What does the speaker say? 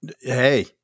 hey